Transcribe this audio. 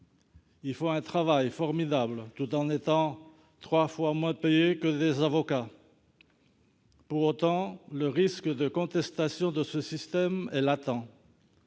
ils font un travail formidable, tout en étant trois fois moins payés que des avocats. Pour autant, le risque de contestation de ce système est latent.